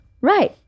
Right